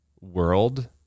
world